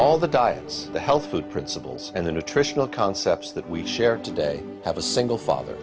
diets the health food principles and the nutritional concepts that we share today have a single father